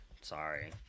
Sorry